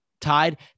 tied